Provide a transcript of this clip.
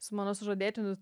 su mano sužadėtiniu